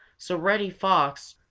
so reddy fox,